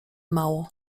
mało